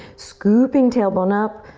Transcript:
scooping tailbone up,